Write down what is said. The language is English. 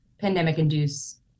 pandemic-induced